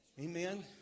Amen